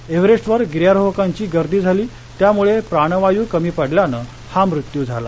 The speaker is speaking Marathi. एव्हरेस्टवर गिर्यारोहकांची गर्दी झाली त्यामुळे प्राणवायू कमी पडल्याने हा मृत्यु झाला